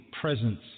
presence